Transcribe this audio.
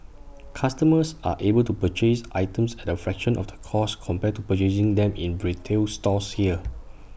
customers are able to purchase items at A fraction of the cost compared to purchasing them in retail stores here